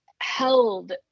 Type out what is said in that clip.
held